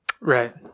Right